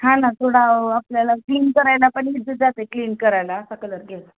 हा ना थोडा आपल्याला क्लीन करायला पण इज जाते क्लीन करायला असा कलर घे